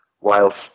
whilst